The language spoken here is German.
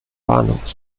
bahnhof